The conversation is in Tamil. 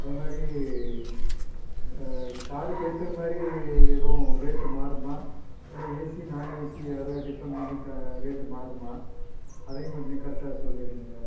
அது மாதிரி கா கார்க்கு ஏற்ற மாதிரி எதுவும் ரேட் மாறுமா இல்லை ஏசி நான் ஏசி அதை டிப்பன் பண்ணி க ரேட் மாறுமா அதையும் கொஞ்சம் கரெக்ட்டாக சொல்லிடுங்க சார்